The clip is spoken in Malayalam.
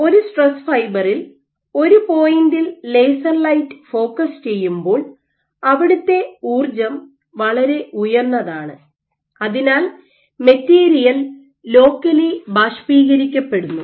ഒരു സ്ട്രെസ് ഫൈബറിൽ ഒരു പോയിന്റിൽ ലേസർ ലൈറ്റ് ഫോക്കസ് ചെയ്യുമ്പോൾ അവിടുത്തെ ഊർജ്ജം വളരെ ഉയർന്നതാണ് അതിനാൽ മെറ്റീരിയൽ ലോക്കലി ബാഷ്പീകരിക്കപ്പെടുന്നു